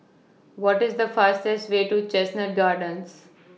What IS The fastest Way to Chestnut Gardens